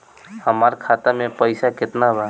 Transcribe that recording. हमरा खाता में पइसा केतना बा?